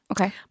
okay